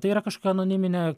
tai yra kažkokia anoniminė